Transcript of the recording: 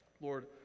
Lord